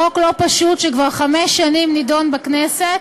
חוק לא פשוט שכבר חמש שנים נדון בכנסת,